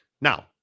Now